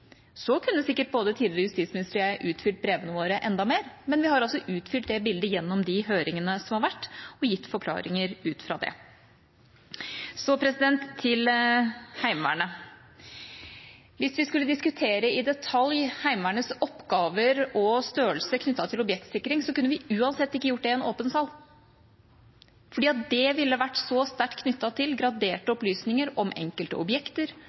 Så til Heimevernet: Hvis vi skulle diskutere i detalj Heimevernets oppgaver og størrelse knyttet til objektsikring, kunne vi uansett ikke gjort det i en åpen sal, for det ville vært så sterkt knyttet til graderte opplysninger om